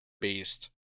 based